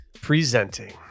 presenting